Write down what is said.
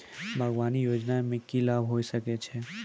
बागवानी योजना मे की लाभ होय सके छै?